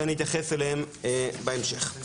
שאני אתייחס אליהם בהמשך.